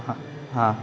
हां हां